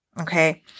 okay